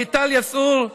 מיטל יסעור.